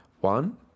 one